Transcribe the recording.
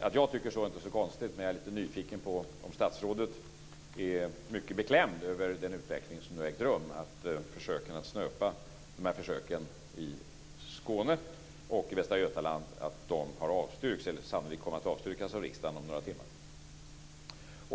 Att jag tycker så är inte så konstigt, men jag är lite nyfiken på om statsrådet är mycket beklämd över den utveckling som nu har ägt rum, att förslaget att snöpa försöken i Skåne och Västra Götaland sannolikt kommer att avstyrkas av riksdagen om några timmar.